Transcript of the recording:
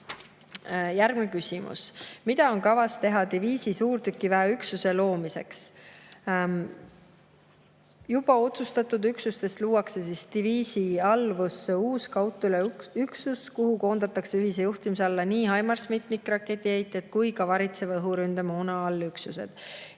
Järgmine küsimus: mida on kavas teha diviisi suurtükiväeüksuse loomiseks? Juba otsustatud üksustest luuakse diviisi alluvusse uus kaudtule üksus, kuhu koondatakse ühise juhtimise alla nii HIMARS‑i mitmikraketiheitjad kui ka varitseva õhuründemoona allüksused.